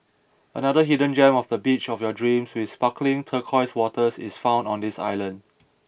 another hidden gem of a beach of your dreams with sparkling turquoise waters is found on this island